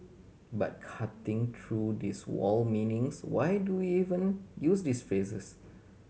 but cutting through this wall meanings why do even use this phrases